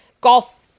golf